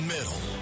Middle